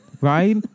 right